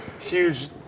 huge